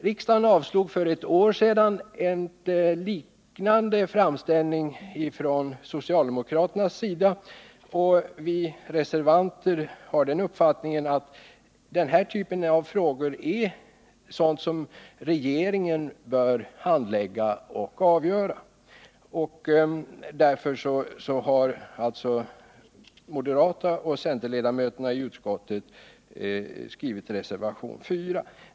Riksdagen avslog för ett år sedan en liknande framställning från socialdemokraterna. Vi reservanter har den uppfattningen att denna typ av frågor bör handläggas och avgöras av regeringen. Därför har alltså moderaterna och folkpartiledamöterna i utskottet skrivit sin reservation 4.